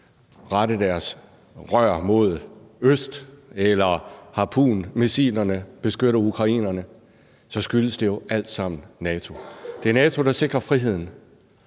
rette deres rør mod øst eller harpunmissilerne beskytter ukrainerne, så skyldes det jo alt sammen NATO. Det er NATO, der sikrer friheden,